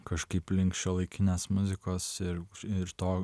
kažkaip link šiuolaikinės muzikos ir ir to